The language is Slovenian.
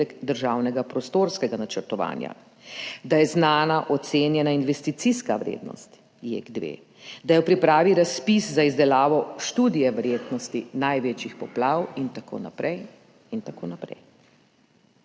državnega prostorskega načrtovanja, da je znana ocenjena investicijska vrednost JEK2, da je v pripravi razpis za izdelavo študije verjetnosti največjih poplav in tako naprej. Prek